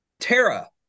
Tara